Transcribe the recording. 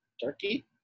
Turkey